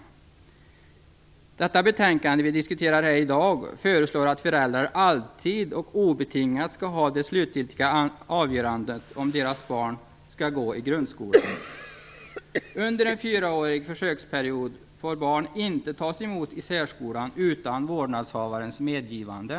I det betänkande vi diskuterar här i dag föreslås att föräldrar alltid och obetingat skall ha det slutgiltiga avgörandet om deras barn skall gå i grundskolan. Under en fyraårig försöksperiod får barn inte tas emot i särskolan utan vårdnadshavarens medgivande.